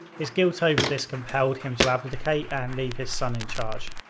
his guilt over this compelled him to abdicate and leave his son in charge.